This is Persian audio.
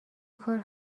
کار